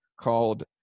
called